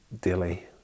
daily